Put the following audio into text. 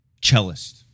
cellist